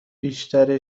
بیشتر